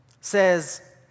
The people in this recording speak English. says